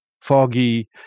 foggy